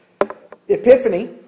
Epiphany